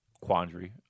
quandary